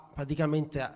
praticamente